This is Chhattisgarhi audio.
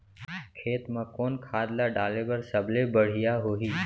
खेत म कोन खाद ला डाले बर सबले बढ़िया होही?